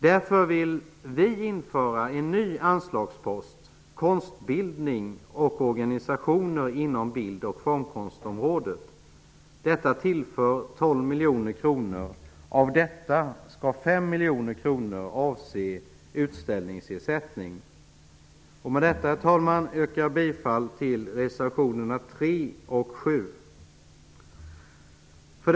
Därför vill vi införa en ny anslagspost, Konstbildning och organisationer inom bild och formkonstområdet. Detta tillför 12 miljoner kronor, och av detta skall 5 miljoner kronor avse utställningsersättning. Med detta yrkar jag bifall till reservationerna 3 och 4.